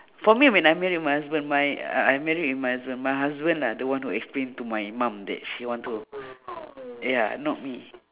for me when I married my husband my uh I married with my husband my husband lah the one who explain to my mum that she want to ya not me